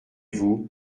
vous